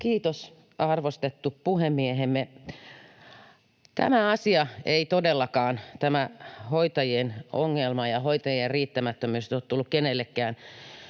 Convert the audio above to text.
Kiitos, arvostettu puhemiehemme! Tämä asia, tämä hoitajien ongelma ja hoitajien riittämättömyys, ei todellakaan